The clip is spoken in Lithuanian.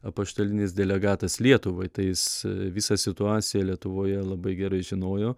apaštalinis delegatas lietuvai tai jis visą situaciją lietuvoje labai gerai žinojo